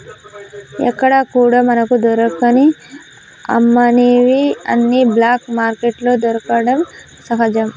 ఎక్కడా కూడా మనకు దొరకని అమ్మనివి అన్ని బ్లాక్ మార్కెట్లో దొరకడం సహజం